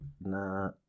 Nah